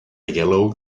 yellow